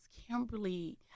Kimberly